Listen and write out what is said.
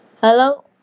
Hello